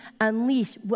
unleash